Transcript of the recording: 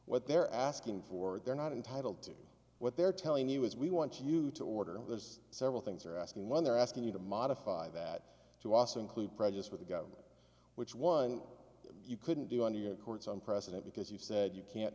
what they're asking for they're not entitled to what they're telling you is we want you to order and there's several things are asking one they're asking you to modify that to also include prejudice with the government which one you couldn't do under your court's own precedent because you've said you can't